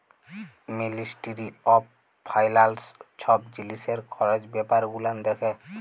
ministry of ফাইলালস ছব জিলিসের খরচ ব্যাপার গুলান দ্যাখে